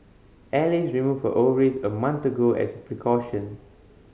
Alice removed her ovaries a month ago as a precaution